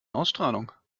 ausstrahlung